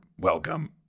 welcome